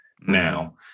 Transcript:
now